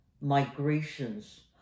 migrations